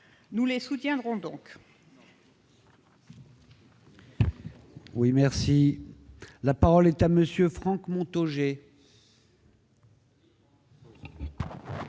Nous les soutiendrons donc.